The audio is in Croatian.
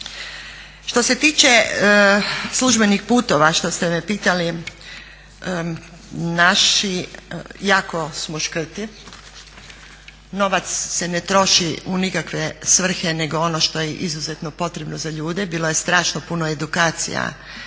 Što se tiče službenih putova što ste me pitali, naši jako smo škrti. Novac se ne troši u nikakve svrhe, nego ono što je izuzetno potrebno za ljude. Bilo je strašno puno edukacija